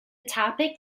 topic